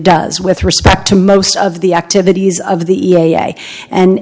does with respect to most of the activities of the